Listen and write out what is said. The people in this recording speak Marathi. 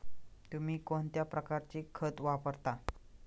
तुम्ही कोणत्या प्रकारचे खत वापरता?